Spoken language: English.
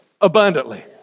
abundantly